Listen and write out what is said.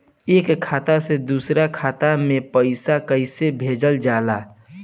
एक खाता से दुसरे खाता मे पैसा कैसे भेजल जाला?